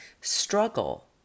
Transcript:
struggle